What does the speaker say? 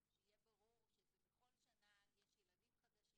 שיהיה ברור שבכל שנה יש ילדים חדשים,